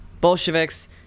Bolsheviks